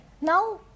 Now